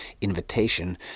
invitation